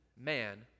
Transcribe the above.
man